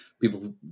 people